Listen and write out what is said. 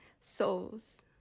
souls